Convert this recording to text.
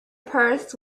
purse